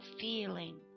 feeling